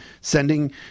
sending